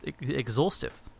exhaustive